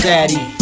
Daddy